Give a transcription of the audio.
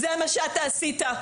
זה מה שאתה עשית.